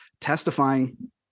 testifying